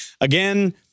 Again